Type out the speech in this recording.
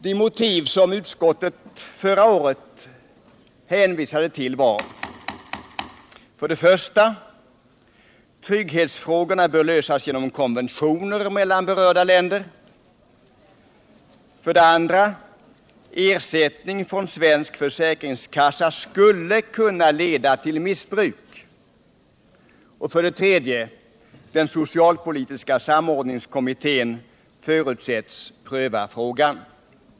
De motiv utskottet förra året hänvisade till var: 1. Trygghetsfrågorna bör lösas genom konventioner mellan berörda länder. 2. Ersättning från svensk försäkringskassa skulle kunna leda till missbruk. 3. Den socialpolitiska samordningskommittén förutsätts pröva frågan.